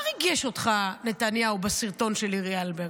מה ריגש אותך, נתניהו, בסרטון של לירי אלבג?